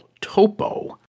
Topo